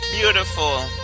beautiful